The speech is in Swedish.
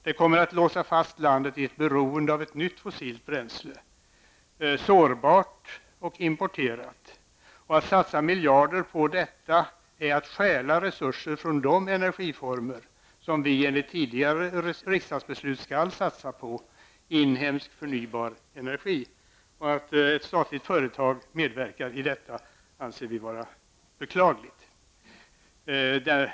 Det kommer att låsa fast landet i ett beroende av ett nytt fossilt bränsle, sårbart och importerat. Att satsa miljarder på detta är att stjäla resurser från de energiformer som vi enligt tidigare riksdagsbeslut skall satsa på: inhemsk förnybar energi. Att ett statligt företag medverkar till detta finner vi beklagligt.